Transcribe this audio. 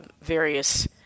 various